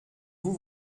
vous